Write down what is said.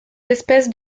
espèces